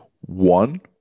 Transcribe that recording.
One